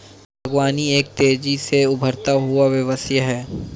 बागवानी एक तेज़ी से उभरता हुआ व्यवसाय है